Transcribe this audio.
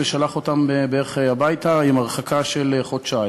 ושלח אותם הביתה עם הרחקה בערך לחודשיים.